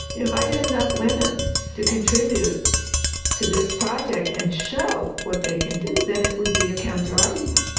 if i get enough women to contribute to this project and show what they can do, then it would be a counter argument.